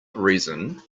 reason